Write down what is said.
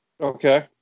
Okay